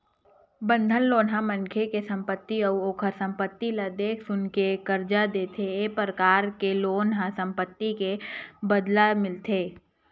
बंधक लोन ह मनखे के संपत्ति अउ ओखर संपत्ति ल देख सुनके करजा देथे ए परकार के लोन ह संपत्ति के बदला मिलथे